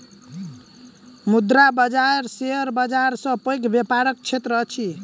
मुद्रा बाजार शेयर बाजार सॅ पैघ व्यापारक क्षेत्र अछि